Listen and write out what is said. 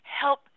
help